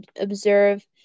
observe